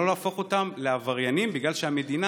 לא להפוך אותם לעבריינים בגלל שהמדינה